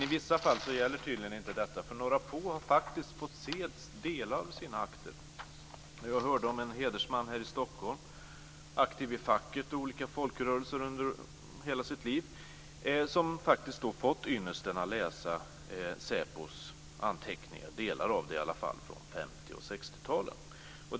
I vissa fall gäller tydligen inte detta, för några få har faktiskt fått se delar av sina akter. Jag hörde om en hedersman här i Stockholm, aktiv i facket och i olika folkrörelser under hela sitt liv, som faktiskt fått ynnesten att läsa SÄPO:s anteckningar - i varje fall delar därav - från 50 och 60 talen.